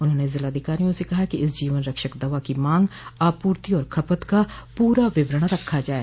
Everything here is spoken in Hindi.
उन्होंने जिलाधिकारियों से कहा कि इस जीवन रक्षक दवा की मांग आपूर्ति और खपत का पूरा विवरण रखा जाये